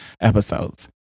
episodes